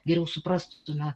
geriau suprastume